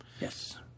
Yes